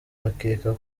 bakeka